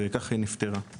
וכך היא נפטרה.